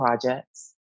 projects